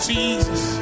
Jesus